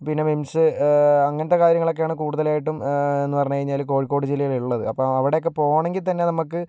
പിന്നെ മിംമ്സ് അങ്ങനത്തെ കാര്യങ്ങളൊക്കെയാണ് കൂടുതലായിട്ടും എന്ന് പറഞ്ഞു കഴിഞ്ഞാല് കോഴിക്കോട് ജില്ലയില് ഉള്ളത് അപ്പോൾ അവിടൊക്കെ പോകണമെങ്കിൽ തന്നെ നമുക്ക്